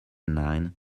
nine